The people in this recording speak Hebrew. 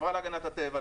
לחברה להגנת הטבע,